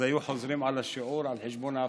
אז היו חוזרים על השיעור על חשבון ההפסקה.